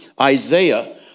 Isaiah